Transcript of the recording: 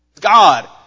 God